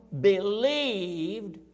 believed